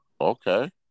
Okay